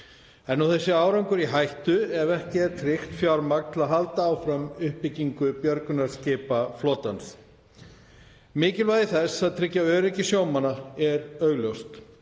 Nú er þessi árangur í hættu ef ekki er tryggt fjármagn til að halda áfram uppbyggingu björgunarskipaflotans. Mikilvægi þess að tryggja öryggi sjómanna er augljóst.